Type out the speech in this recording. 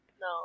no